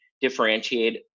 differentiate